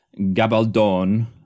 Gabaldon